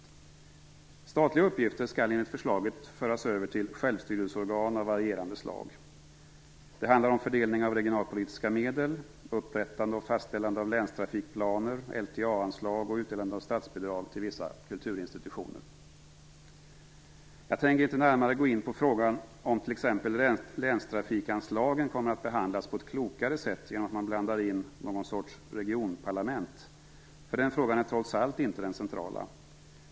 Statliga uppgifter skall enligt förslaget föras över till "självstyrelseorgan" av varierande slag. Det handlar om fördelning av regionalpolitiska medel, upprättande och fastställande av länstrafikplaner, Jag tänker inte gå närmare in på frågan om t.ex. länstrafikanslagen kommer att behandlas på ett klokare sätt genom att man blandar in någon sorts regionparlament, för den frågan är trots allt inte den centrala.